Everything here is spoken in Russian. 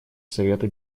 совета